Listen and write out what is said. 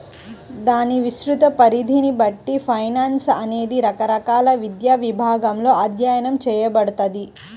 దాని విస్తృత పరిధిని బట్టి ఫైనాన్స్ అనేది రకరకాల విద్యా విభాగాలలో అధ్యయనం చేయబడతది